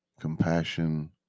compassion